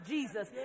Jesus